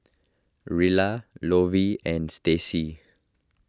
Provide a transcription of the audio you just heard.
Rella Lovie and Stacy